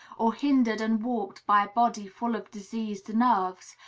or hindered and warped by a body full of diseased nerves,